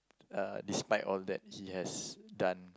uh despite all that he has done